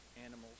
animals